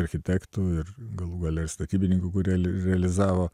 architektų ir galų gale ir statybininkų kurie realizavo